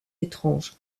étrange